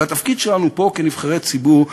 והתפקיד שלנו פה כנבחרי ציבור.